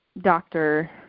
doctor